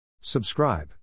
Subscribe